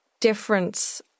difference